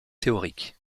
théorique